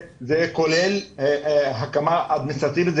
זה כולל הקמה אדמיניסטרטיבית.